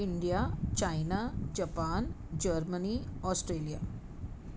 India China Japan Germany Australia